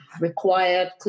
required